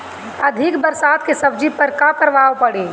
अधिक बरसात के सब्जी पर का प्रभाव पड़ी?